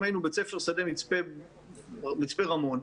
אם היינו בית ספר "שדה" מצפה רמון,